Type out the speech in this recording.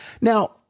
now